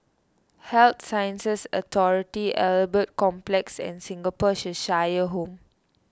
Health Sciences Authority Albert Complex and Singapore Cheshire Home